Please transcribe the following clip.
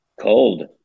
cold